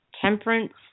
temperance